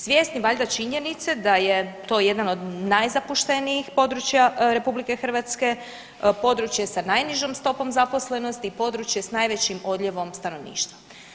Svjesni valjda činjenice da je to jedan od najzapuštenijih područja RH, područje sa najnižom stopom zaposlenosti i područje s najvećim odljevom stanovništva.